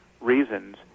reasons